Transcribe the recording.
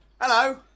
hello